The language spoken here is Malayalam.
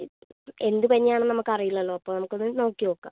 എന്തു പനിയാണെന്ന് നമുക്കറിയില്ലല്ലോ അപ്പോൾ നമുക്കൊന്ന് നോക്കി നോക്കാം